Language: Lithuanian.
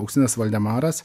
augustinas voldemaras